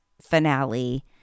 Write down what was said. finale